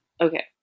okay